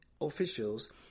officials